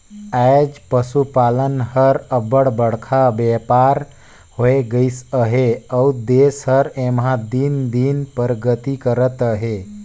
आएज पसुपालन हर अब्बड़ बड़खा बयपार होए गइस अहे अउ देस हर एम्हां दिन दिन परगति करत अहे